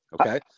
Okay